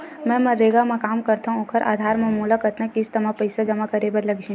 मैं मनरेगा म काम करथव, ओखर आधार म मोला कतना किस्त म पईसा जमा करे बर लगही?